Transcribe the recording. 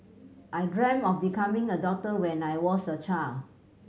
I dreamt of becoming a doctor when I was a child